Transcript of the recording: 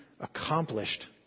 accomplished